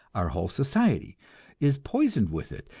our whole society is poisoned with it,